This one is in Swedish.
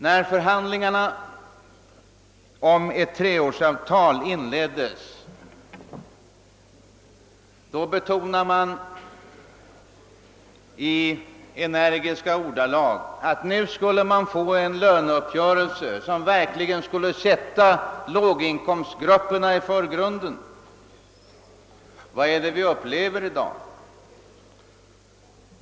Då förhandlingarna om ett treårsavtal för de anställda inleddes betonade man i energiska ordalag att vi nu skulle få en löneuppgörelse, som verkligen satte låginkomstgrupperna i förgrunden. Vad är det vi upplever i dag?